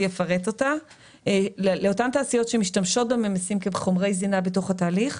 יוכל לפרט אותן תעשיות שמשתמשות בממיסים כחומרי זינה בתוך התהליך,